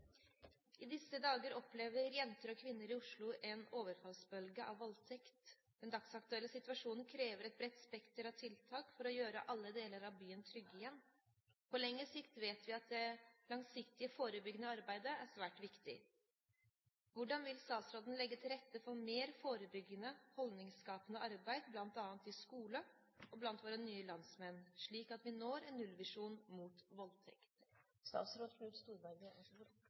disse dager opplever jenter og kvinner i Oslo en overfallsbølge av voldtekt. Den dagsaktuelle situasjonen krever et bredt spekter av tiltak for å gjøre alle deler av byen trygg igjen. På lengre sikt vet vi at det langsiktige forebyggende arbeidet er svært viktig. Hvordan vil statsråden legge til rette for mer forebyggende holdningsskapende arbeid, bl.a. i skolen og blant våre nye landsmenn, slik at vi når en nullvisjon mot